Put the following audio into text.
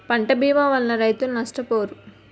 పంటల భీమా వలన రైతులు నష్టపోరు